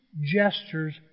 gestures